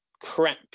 crap